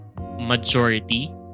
majority